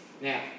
now